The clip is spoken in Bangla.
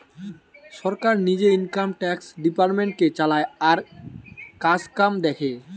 সরকার নিজে ইনকাম ট্যাক্স ডিপার্টমেন্টটাকে চালায় আর কাজকাম দেখে